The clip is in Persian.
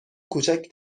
کوچک